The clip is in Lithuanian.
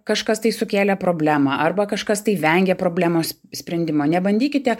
kažkas tai sukėlė problemą arba kažkas tai vengia problemos sprendimo nebandykite